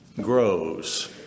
grows